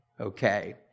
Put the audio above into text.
Okay